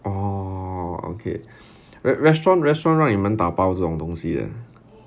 orh okay re~ restaurant restaurant 让你们打包这种东西的